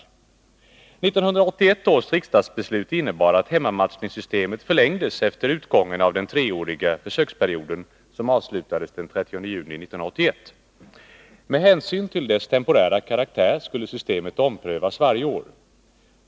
1981 års riksdagsbeslut innebar att hemmamatchningssystemet förlängdes efter utgången av den treåriga försöksperioden, som avslutades den 30 juni 1981. Med hänsyn till dess temporära karaktär skulle systemet omprövas varje år.